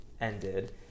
ended